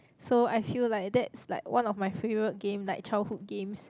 so I feel like that's like one of my favourite game like childhood games